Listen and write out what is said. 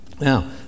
Now